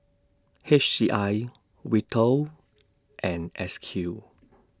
H C I Vital and S Q